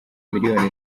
miliyoni